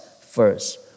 first